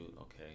Okay